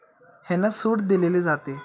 ह्यानं सूट दिलेली जाते